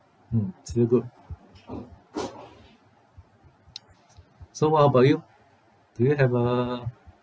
mm still good so what about you do you have uh